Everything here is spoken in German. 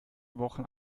wochen